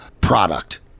product